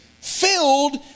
filled